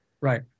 Right